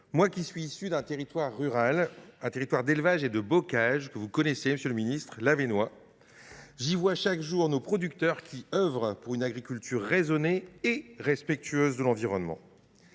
moi qui suis issu d’un territoire rural, un territoire d’élevage et de bocage, que vous connaissez, monsieur le ministre : l’Avesnois. J’y rencontre chaque jour nos producteurs, qui œuvrent pour une agriculture raisonnée et respectueuse de l’environnement.